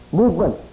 movement